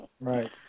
Right